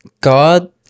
god